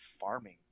farming